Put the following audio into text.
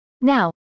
Now